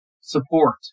support